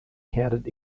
counted